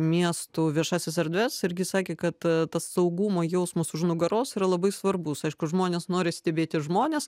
miestų viešąsias erdves irgi sakė kad tas saugumo jausmas už nugaros yra labai svarbus aišku žmonės nori stebėti žmones